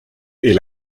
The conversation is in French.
est